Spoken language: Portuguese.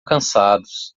cansados